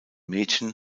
mädchen